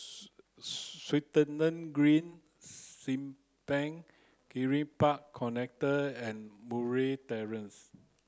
Swettenham Green Simpang Kiri Park Connector and Murray Terrace